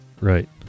right